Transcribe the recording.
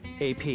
AP